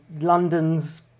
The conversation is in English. London's